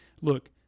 look